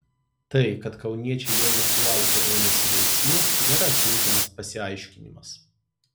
tai kad kauniečiai jo nesulaukę ėmėsi veiksmų nėra tinkamas pasiaiškinimas